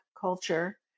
culture